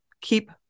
keep